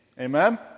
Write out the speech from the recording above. amen